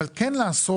אבל כן לעשות,